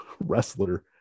wrestler